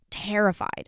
terrified